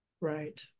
Right